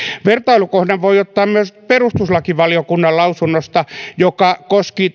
vertailukohdan voi ottaa myös perustuslakivaliokunnan lausunnosta joka koski